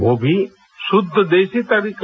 वो भी शुद्ध देसी तरीका